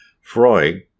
Freud